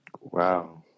wow